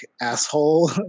asshole